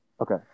Okay